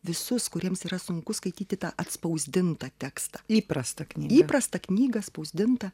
visus kuriems yra sunku skaityti tą atspausdintą tekstą įprastą knygą įprastą knygą spausdintą